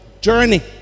journey